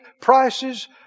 prices